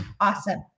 Awesome